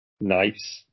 Nice